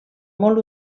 molt